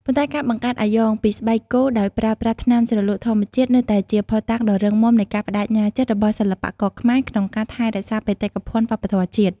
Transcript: ប៉ុន្តែការបង្កើតអាយ៉ងពីស្បែកគោដោយប្រើប្រាស់ថ្នាំជ្រលក់ធម្មជាតិនៅតែជាភស្តុតាងដ៏រឹងមាំនៃការប្តេជ្ញាចិត្តរបស់សិល្បករខ្មែរក្នុងការថែរក្សាបេតិកភណ្ឌវប្បធម៌ជាតិ។